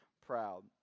proud